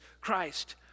Christ